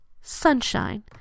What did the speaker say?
sunshine